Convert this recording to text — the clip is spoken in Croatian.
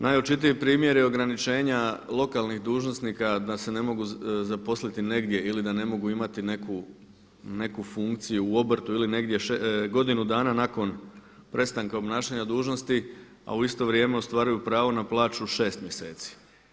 Najočitiji primjer je ograničenja lokalnih dužnosnika da se ne mogu zaposliti negdje ili da ne mogu imati neku, neku funkciju u obrtu ili negdje godinu dana nakon prestanka obnašanja dužnosti a u isto vrijeme ostvaruju pravo na plaću od 6 mjeseci.